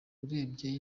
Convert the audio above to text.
urebye